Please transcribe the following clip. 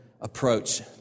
approach